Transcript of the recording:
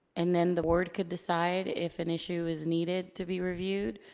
and then the board could decide if an issue is needed to be reviewed,